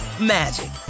magic